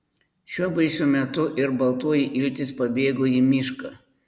šiuo baisiu metu ir baltoji iltis pabėgo į mišką